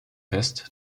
fest